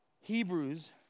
Hebrews